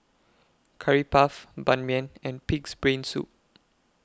Curry Puff Ban Mian and Pig'S Brain Soup